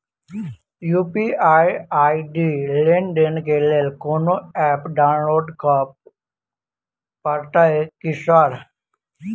UPI ID लेनदेन केँ लेल कोनो ऐप डाउनलोड करऽ पड़तय की सर?